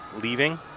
leaving